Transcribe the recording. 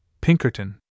Pinkerton